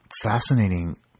fascinating